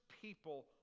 people